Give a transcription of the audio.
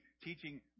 teaching